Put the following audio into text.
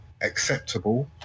acceptable